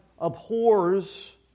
abhors